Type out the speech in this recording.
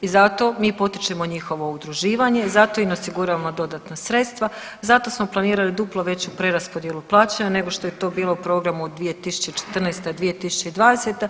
i zato mi potičemo njihovo udruživanje, zato im osiguravamo dodatna sredstva, zato smo planirali duplo veću preraspodjelu plaća nego što je to bili u programu 2014.-2020.